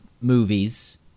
movies